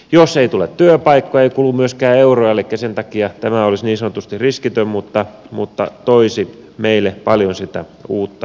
jos ei tule työpaikkoja ei kulu myöskään euroja elikkä sen takia tämä olisi niin sanotusti riskitön mutta toisi meille paljon sitä uutta kasvua